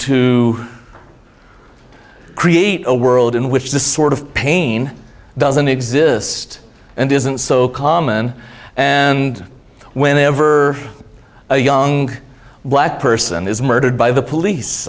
to create a world in which this sort of pain doesn't exist and isn't so common and whenever a young black person is murdered by the police